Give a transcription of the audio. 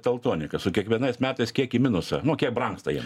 teltonika su kiekvienais metais kiek į minusą nu kiem brangsta jiem